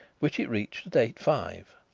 which it reached at eight-five.